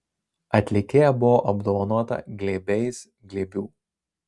atlikėja buvo apdovanota glėbiais glėbių